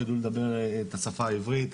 שיודעים לדבר את השפה העברית.